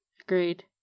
Agreed